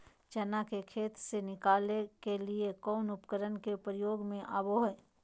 चना के खेत से निकाले के लिए कौन उपकरण के प्रयोग में आबो है?